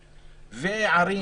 וערים,